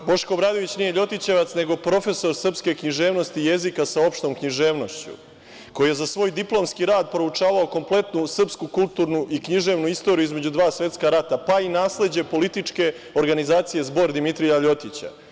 Boško Obradović nije ljotićevac nekog profesor srpske književnosti i jezika sa opštom književnošću, koji je za svoj diplomski rad proučavao kompletnu srpsku kulturnu i književnu istoriju između dva svetska rata, pa i nasleđe političke organizacije „Zbor“ Dimitrija LJotića.